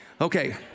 Okay